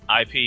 IP